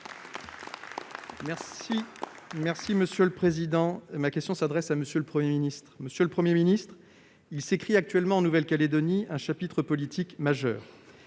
et Républicain. Ma question s'adresse à M. le Premier ministre. Monsieur le Premier ministre, il s'écrit actuellement en Nouvelle-Calédonie un chapitre politique majeur.